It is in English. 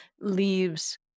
leaves